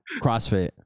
Crossfit